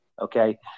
Okay